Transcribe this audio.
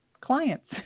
clients